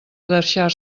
deixar